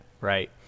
right